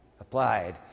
applied